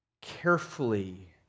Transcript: carefully